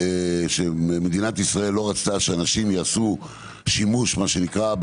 שמדינת ישראל לא רצתה שיעשו 'שימוש' מה שנקרא,